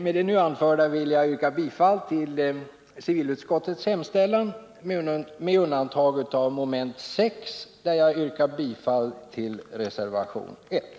Med det anförda vill jag yrka bifall till civilutskottets hemställan med undantag av mom. 6 där jag yrkar bifall till reservation 1.